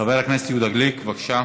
חבר הכנסת יהודה גליק, בבקשה.